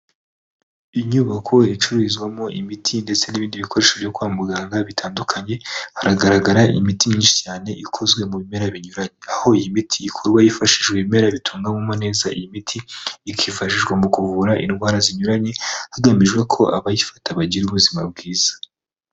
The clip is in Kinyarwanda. Inyubako icururizwamo imiti ndetse n'ibindi bikoresho byo kwa muganga bitandukanye hagaragara imiti myinshi cyane ikozwe mu bimera binyuranye aho iyi miti ikorwa hifashishwa ibimera bitunganywamo neza iyi miti ikifashishwa mu kuvura indwara zinyuranye hagamijwe ko abayifata bagira ubuzima bwiza.